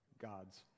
God's